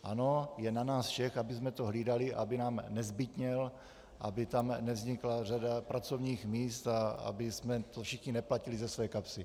Ano, je na nás všech, abychom to hlídali, aby nám nezbytněl, aby tam nevznikla řada pracovních míst a abychom to všichni neplatili ze své kapsy.